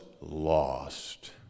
lost